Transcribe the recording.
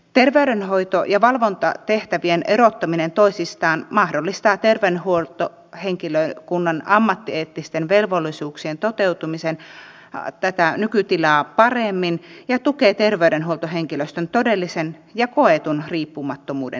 terveydenhoito ja valvontatehtävien erottaminen toisistaan mahdollistaa terveydenhuoltohenkilökunnan ammattieettisten velvollisuuksien toteutumisen tätä nykytilaa paremmin ja tukee terveydenhuoltohenkilöstön todellisen ja koetun riippumattomuuden lisääntymistä